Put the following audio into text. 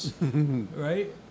Right